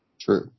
true